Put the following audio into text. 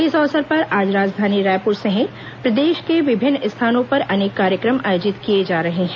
इस अवसर पर आज राजधानी रायपुर सहित प्रदेश के विभिन्न स्थानों पर अनेक कार्यक्रम आयोजित किए जा रहे हैं